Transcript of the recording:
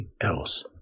else